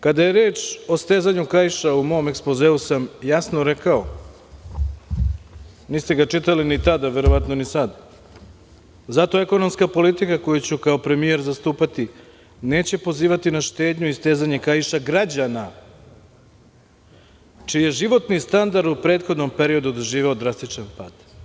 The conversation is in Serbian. Kada je reč o stezanju kaiša, u mom ekspozeu sam jasno rekao, niste ga čitali ni tada, verovatno ni sad - zato ekonomska politiku, koju ću kao premijer zastupati, neće pozivati na štednju i stezanje kaiša građana čiji je životni standard u prethodnom periodu doživeo drastičan pad.